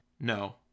No